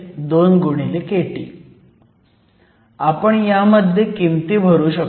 आपण ह्यामध्ये किमती भरू शकतो